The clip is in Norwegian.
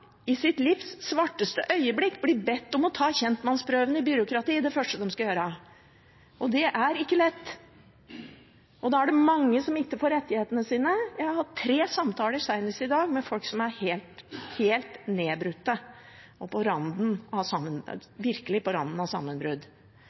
i sitt livs svarteste øyeblikk, blir bedt om å ta kjentmannsprøven i byråkrati – det er det første de skal gjøre – og det er ikke lett. Da er det mange som ikke får rettighetene sine. Jeg har hatt tre samtaler senest i dag med folk som er helt nedbrutt og virkelig på randen av